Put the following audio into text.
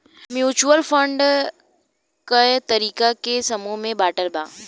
mutual fund कए तरीका के समूह में बाटल बा